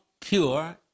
pure